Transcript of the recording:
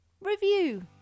review